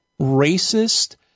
racist